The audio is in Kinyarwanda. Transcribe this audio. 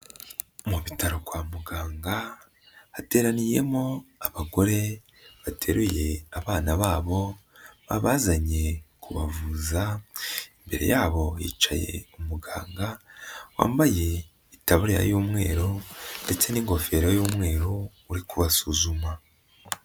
Mu bitaro kwa muganga hateraniyemo abagore bateruye abana babazanye kubavuza, imbere yabo hicaye umuganga wambaye itabariya y'umweru ndetse n'ingofero y'umweru uri kubasuzuma.